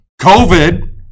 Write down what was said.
COVID